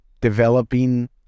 developing